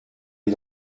est